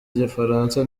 igifaransa